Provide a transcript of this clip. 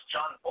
John